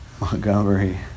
Montgomery